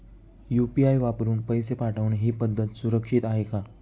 UPI वापरून पैसे पाठवणे ही पद्धत सुरक्षित आहे का?